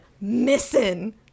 missing